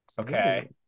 Okay